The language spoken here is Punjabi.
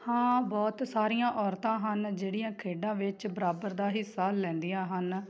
ਹਾਂ ਬਹੁਤ ਸਾਰੀਆਂ ਔਰਤਾਂ ਹਨ ਜਿਹੜੀਆਂ ਖੇਡਾਂ ਵਿੱਚ ਬਰਾਬਰ ਦਾ ਹਿੱਸਾ ਲੈਂਦੀਆਂ ਹਨ